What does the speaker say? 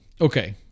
okay